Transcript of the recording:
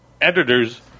editors